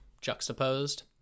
juxtaposed